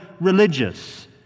religious